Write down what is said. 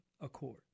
accord